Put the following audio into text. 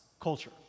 culture